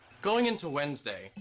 going into wednesday,